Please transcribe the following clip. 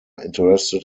interested